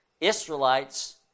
Israelites